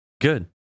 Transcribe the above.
Good